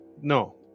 No